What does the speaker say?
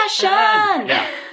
passion